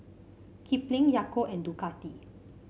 Kipling Yakult and Ducati